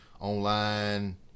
online